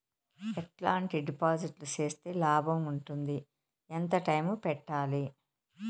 ఎట్లాంటి డిపాజిట్లు సేస్తే లాభం ఉంటుంది? ఎంత టైము పెట్టాలి?